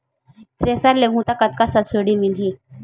Thresher लेहूं त कतका सब्सिडी मिलही?